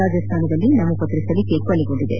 ರಾಜಸ್ಥಾನದಲ್ಲೂ ನಾಮಪತ್ರ ಸಲ್ಲಿಕೆ ಕೊನೆಗೊಂಡಿದೆ